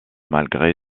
malgré